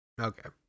Okay